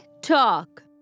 talk